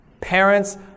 Parents